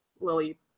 Lily